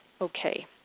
okay